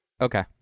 Okay